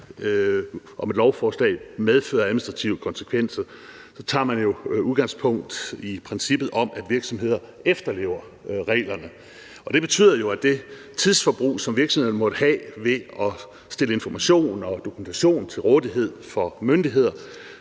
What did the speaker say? om et lovforslag medfører administrative konsekvenser, tager man udgangspunkt i princippet om, at virksomheder efterlever reglerne, og det betyder jo, at det tidsforbrug, som virksomhederne måtte have ved at stille information og dokumentation til rådighed for myndigheder